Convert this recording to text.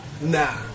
Nah